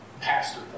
pastor